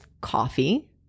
coffee